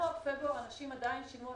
בינואר-פברואר אנשים עדיין שילמו,